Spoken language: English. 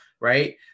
right